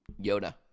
Yoda